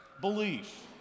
belief